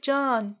John